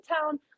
town